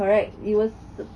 correct it was